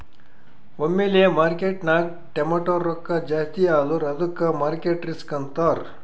ಒಮ್ಮಿಲೆ ಮಾರ್ಕೆಟ್ನಾಗ್ ಟಮಾಟ್ಯ ರೊಕ್ಕಾ ಜಾಸ್ತಿ ಆದುರ ಅದ್ದುಕ ಮಾರ್ಕೆಟ್ ರಿಸ್ಕ್ ಅಂತಾರ್